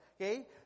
Okay